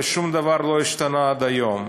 ושום דבר לא השתנה עד היום.